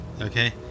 okay